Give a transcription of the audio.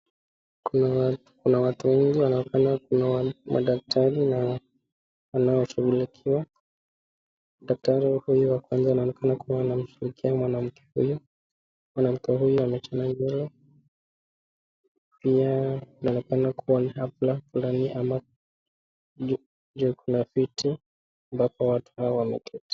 Kuna watu wengi wanaonekana kuwa ni madaktari na wanaoshughulikiwa. Daktari huyu wa kwanza anaonekana kuwa anamsikiza mwanamke huyu. Mwanamke huyu amechana nywele. Pia inaonekana kuwa ni hafla fulani ama jukwa na viti ambapo watu hawa wameketi.